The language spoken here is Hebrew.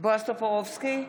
בועז טופורובסקי,